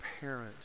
parent